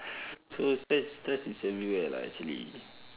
so stress stress is everywhere lah actually